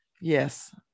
Yes